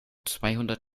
zweihundert